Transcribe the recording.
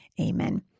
amen